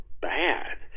bad